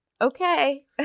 okay